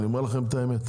אני אומר לכם את האמת.